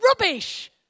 rubbish